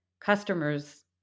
customers